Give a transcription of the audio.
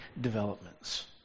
developments